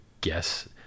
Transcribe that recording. guess